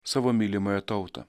savo mylimąją tautą